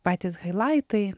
patys hailaitai